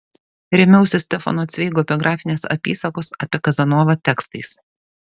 rėmiausi stefano cveigo biografinės apysakos apie kazanovą tekstais